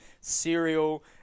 cereal